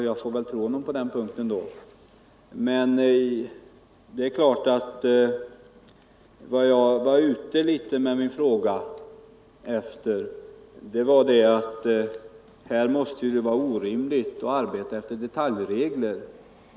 Jag får väl tro honom på den punkten. Men vad jag syftade till med min fråga var att det måste vara orimligt att arbeta efter detaljerade regler.